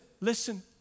listen